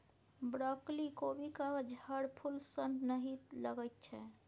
broccoli कोबीक झड़फूल सन नहि लगैत छै